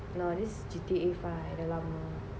no this is G_T_A five dah lama